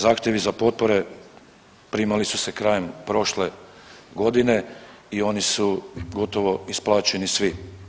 Zahtjevi za potpore primali su se krajem prošle godine i oni su gotovo isplaćeni svi.